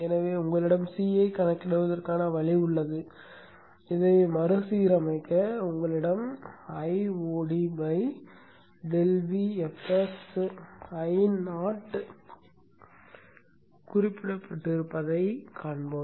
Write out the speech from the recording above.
எனவே உங்களிடம் C ஐக் கணக்கிடுவதற்கான வழி உள்ளது இதை மறுசீரமைக்க உங்களிடம் Iod ∆Vfs Io குறிப்பிடப்பட்டிருப்பதைக் காண்போம்